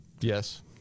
Yes